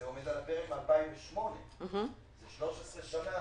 זה עומד על הפרק מ-2008, זה 13 שנה.